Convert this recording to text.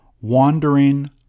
wandering